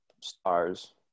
stars